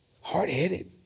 Hard-headed